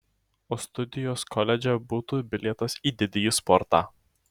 o studijos koledže būtų bilietas į didįjį sportą